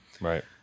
Right